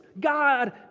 God